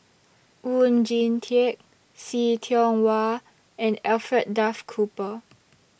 Oon Jin Teik See Tiong Wah and Alfred Duff Cooper